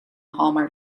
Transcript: hallmark